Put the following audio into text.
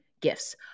gifts